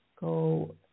go